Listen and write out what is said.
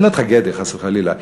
לא טרגדיה חס וחלילה,